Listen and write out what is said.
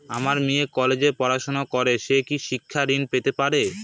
আমার মেয়ে কলেজে পড়াশোনা করে সে কি শিক্ষা ঋণ পেতে পারে?